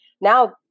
Now